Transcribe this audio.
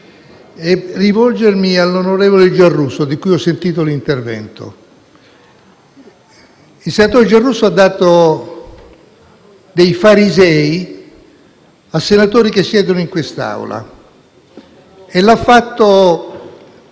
per rivolgermi all'onorevole Giarrusso, di cui ho ascoltato l'intervento. Il senatore Giarrusso ha definito farisei alcuni senatori che siedono in quest'Aula e lo ha fatto...